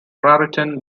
raritan